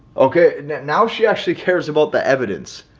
okay, now she actually cares about the evidence.